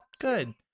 Good